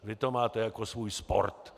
Vy to máte jako svůj sport.